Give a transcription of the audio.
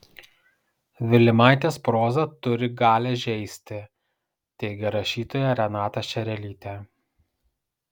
vilimaitės proza turi galią žeisti teigia rašytoja renata šerelytė